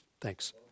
thanks